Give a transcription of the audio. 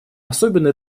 особенно